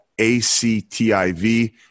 A-C-T-I-V